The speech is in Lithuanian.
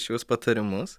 šiuos patarimus